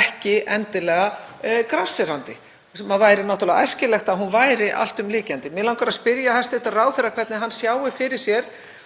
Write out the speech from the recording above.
ekki endilega grasserandi, það væri náttúrlega æskilegt að hún væri alltumlykjandi. Mig langar að spyrja hæstv. ráðherra hvernig hann sjái fyrir sér